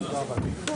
15:47.